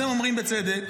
אתם אומרים בצדק,